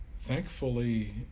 thankfully